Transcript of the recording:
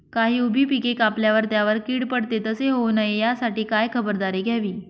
काही उभी पिके कापल्यावर त्यावर कीड पडते, तसे होऊ नये यासाठी काय खबरदारी घ्यावी?